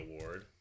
Award